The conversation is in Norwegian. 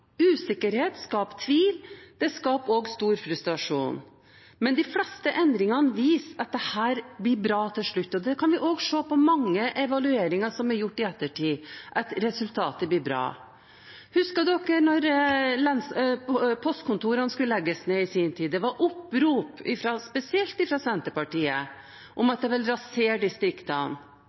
Usikkerhet skaper tvil, og det skaper stor frustrasjon. Men de fleste endringer viser at dette blir bra til slutt. Det kan vi også se på mange evalueringer som er gjort i ettertid – at resultatet blir bra. Da postkontorene skulle legges ned i sin tid, var det opprop, spesielt fra Senterpartiet, om at det ville rasere distriktene.